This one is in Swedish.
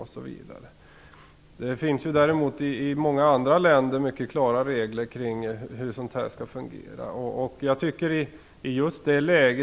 I många andra länder finns det däremot mycket klara regler kring hur detta skall fungera.